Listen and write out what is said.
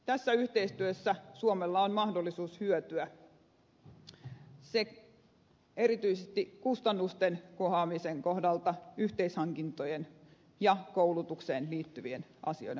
tässä yhteistyössä suomella on mahdollisuus hyötyä näin erityisesti kustannusten kohoamisen kohdalla yhteishankintojen ja koulutukseen liittyvien asioiden puolelta